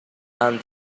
and